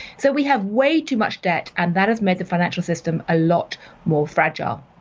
so we have way too much debt and that has made the financial system a lot more fragile.